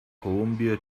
colombia